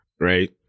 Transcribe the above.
right